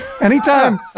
Anytime